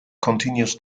continues